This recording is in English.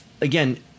Again